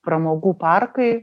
pramogų parkai